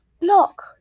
Block